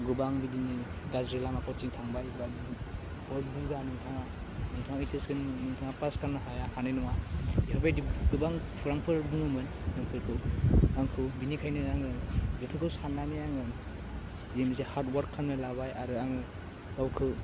गोबां बिदिनो गाज्रि लामाफोरथिं थांबाय बा दु बहुत दुगा नोंथाङा नोंथाङा ओइडएसखो नोंथाङा पास खामनो हाया हानाय नङा बेफोरबायदि गोबां फुरांफोर बुङोमोन जोंफोरखौ आंखौ बिनिखायनो आङो बेफोरखौ साननानै आङो जि मोनसे हार्ड वार्क खालामना लाबाय आरो आङो गावखौ